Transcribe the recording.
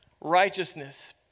righteousness